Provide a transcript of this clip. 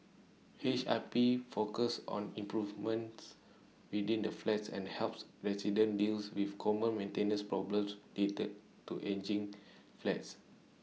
H I P focuses on improvements within the flats and helps residents deals with common maintenance problems related to ageing flats